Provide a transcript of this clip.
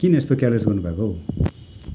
किन यस्तो केयरलेस गर्नु भएको हौ